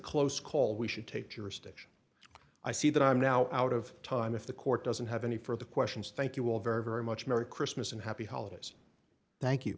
close call we should take jurisdiction i see that i'm now out of time if the court doesn't have any further questions thank you all very very much merry christmas and happy holidays thank you